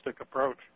approach